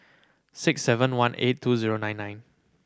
six seven one eight two zero nine nine